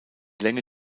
länge